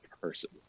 person